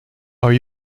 are